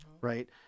right